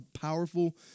powerful